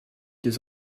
deux